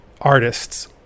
artists